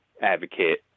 advocate